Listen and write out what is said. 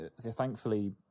Thankfully